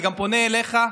אני גם פונה אליך,